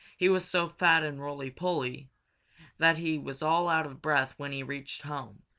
he was so fat and roly-poly that he was all out of breath when he reached home,